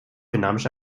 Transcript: dynamisch